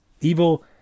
evil